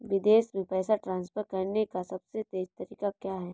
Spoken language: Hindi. विदेश में पैसा ट्रांसफर करने का सबसे तेज़ तरीका क्या है?